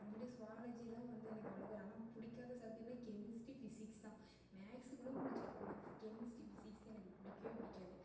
அப்புறமேட்டுக்கு சுவாலஜிலாம் வந்து எனக்கு அவ்வளோக்கு ஆனால் பிடிக்காத சப்ஜெக்ட்ன்னால் கெமிஸ்ட்ரி ஃபிசிக்ஸ் தான் மேக்ஸ் கூட பிடிச்சிரும் ஆனால் கெமிஸ்ட்ரி ஃபிசிக்ஸ் எனக்கு பிடிக்கவே பிடிக்காது